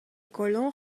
colons